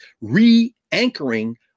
re-anchoring